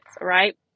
right